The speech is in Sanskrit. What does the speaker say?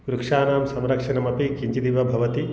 वृक्षाणां संरक्षणमपि किञ्चिदेव भवति